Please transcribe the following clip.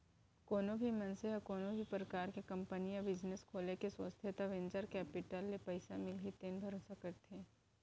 कोनो भी मनसे ह कोनो भी परकार के कंपनी या बिजनेस खोले के सोचथे त वेंचर केपिटल ले पइसा मिलही तेन भरोसा करथे